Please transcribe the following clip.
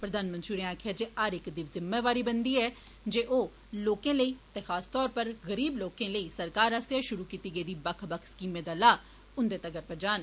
प्रधानमंत्री होरें आक्खेआ जे हर इक दी जिम्मेवारी बनदी ऐ जे ओ लोकें लेई ते खास तौर उप्पर गरीब लोकें लेई सरकार आस्सेआ षुरु कीती गेदी बक्ख बक्ख स्कीमें दा लाह उन्दे तक्कर जान